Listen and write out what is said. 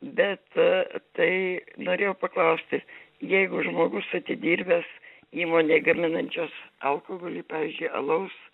bet tai norėjau paklausti jeigu žmogus atidirbęs įmonėj gaminančios alkoholį pavyzdžiui alaus